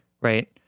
right